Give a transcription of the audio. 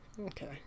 Okay